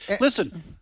Listen